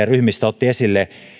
ryhmistä otti esille